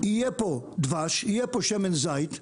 יהיה פה דבש, יהיה פה זמן זית,